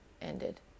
ended